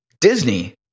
Disney